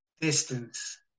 distance